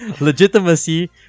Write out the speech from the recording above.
Legitimacy